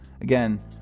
Again